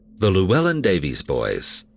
the llewelyn davies boys,